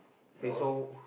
okay so